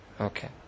Okay